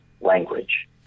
language